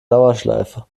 dauerschleife